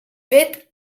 fet